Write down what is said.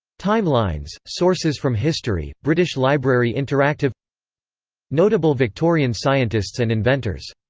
timelines sources from history british library interactive notable victorian scientists and inventors